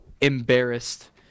embarrassed